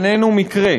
איננו מקרה,